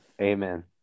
Amen